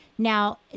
Now